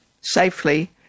safely